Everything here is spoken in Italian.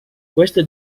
questa